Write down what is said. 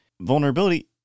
vulnerability